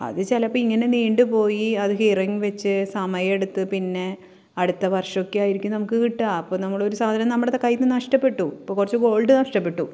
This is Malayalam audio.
അത് ചിലപ്പം ഇങ്ങനെ നീണ്ടു പോയി അത് ഹിയറിങ് വച്ച് സമയമെടുത്ത് പിന്നെ അടുത്ത വർഷമൊക്കെയായിരിക്കും നമുക്ക് കിട്ടുക അപ്പോൾ നമ്മളെ ഒരു സാധനം നമ്മുടെ കൈയ്യിൽ നിന്ന് നഷ്ടപ്പെട്ടു ഇപ്പോൾ കുറച്ച് ഗോൾഡ് നഷ്ടപ്പെട്ടു